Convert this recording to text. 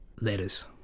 letters